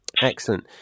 Excellent